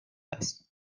است